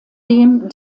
dem